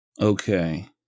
Okay